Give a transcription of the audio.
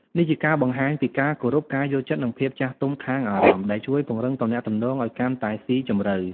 នេះជាការបង្ហាញពីការគោរព ការយល់ចិត្ត និងភាពចាស់ទុំខាងអារម្មណ៍ ដែលជួយពង្រឹងទំនាក់ទំនងឱ្យកាន់តែស៊ីជម្រៅ។